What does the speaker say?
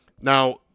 now